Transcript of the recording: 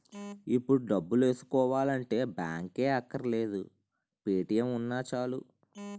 ఇప్పుడు డబ్బులేసుకోవాలంటే బాంకే అక్కర్లేదు పే.టి.ఎం ఉన్నా చాలు